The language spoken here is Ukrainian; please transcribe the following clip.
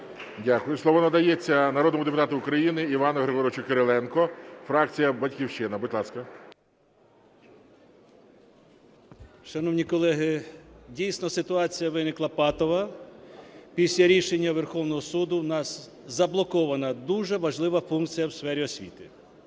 Дякую. Слово надається народному депутату України Івану Григоровичу Кириленку, фракція "Батьківщина", будь ласка. 16:18:04 КИРИЛЕНКО І.Г. Шановні колеги, дійсно ситуація виникла патова, після рішення Верховного Суду у нас заблокована дуже важлива функція в сфері освіти.